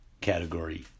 category